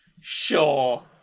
Sure